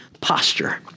posture